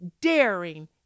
daring